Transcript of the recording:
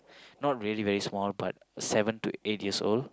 not really very small but seven to eight years old